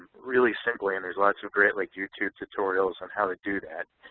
really simply, and there's lots of great like youtube tutorials on how to do that.